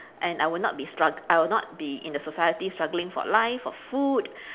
and I will not be struggle I will not be in the society struggling for life for food